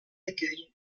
accueil